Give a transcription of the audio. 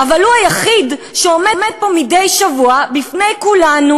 אבל הוא היחיד שעומד פה מדי שבוע בפני כולנו,